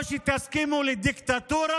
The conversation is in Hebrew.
או שתסכימו לדיקטטורה,